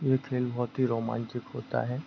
ये खेल बहुत ही रोमांचक होता है